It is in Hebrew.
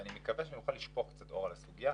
ואני מקווה שנוכל לשפוך קצת אור על הסוגיה.